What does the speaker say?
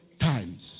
times